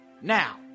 now